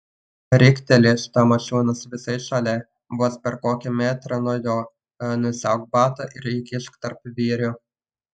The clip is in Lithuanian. rikteli tamošiūnas visai šalia vos per kokį metrą nuo jo nusiauk batą ir įkišk tarp vyrių